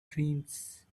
dreams